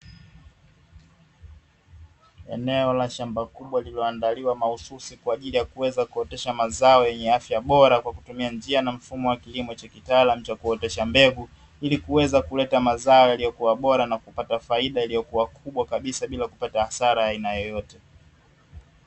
Eneo la shamba kubwa lililoandaliwa mahususi kwaajili ya kuweza kuotesha mazao yenye afya bora kwa kutumia njia na mfumo wa kilimo cha kitaalamu cha kuotesha mbegu ili kuweza kuleta mazao yaliyokuwa bora na kupata faida iliyokuwa kubwa bila kupata hasara ya aina yoyote.